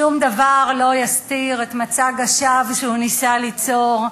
שום דבר לא יסתיר את מצג השווא שהוא ניסה ליצור.